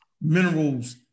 minerals